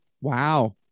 Wow